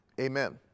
amen